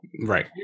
Right